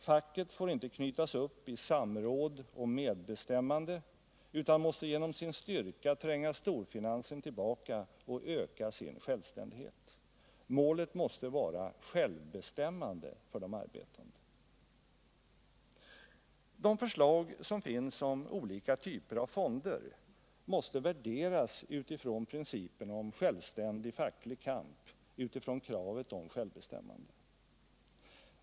Facket får inte knytas upp i samråd och medbestämmande, utan måste genom sin styrka tränga storfinansen tillbaka och öka sin självständighet. Målet måste vara självbestämmande för de arbetande. De förslag som finns om olika typer av fonder måste värderas utifrån principen om självständig facklig kamp, utifrån kravet på självbestämmande.